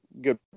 Good